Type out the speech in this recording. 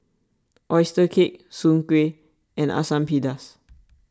Oyster Cake Soon Kueh and Asam Pedas